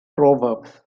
proverbs